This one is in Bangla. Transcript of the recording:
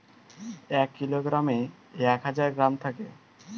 এক কিলোগ্রামে এক হাজার গ্রাম থাকে